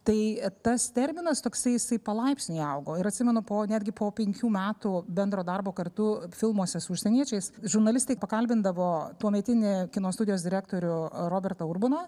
tai tas terminas toksai jisai palaipsniui augo ir atsimenu po netgi po penkių metų bendro darbo kartu filmuose su užsieniečiais žurnalistai pakalbindavo tuometinį kino studijos direktorių robertą urboną